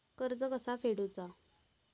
कर्ज कसा फेडुचा?